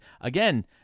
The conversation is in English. again